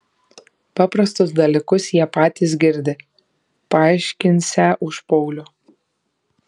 paprastus dalykus jie patys girdi paaiškinsią už paulių